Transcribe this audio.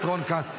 חבר הכנסת רון כץ.